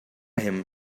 him